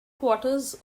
quarters